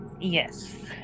Yes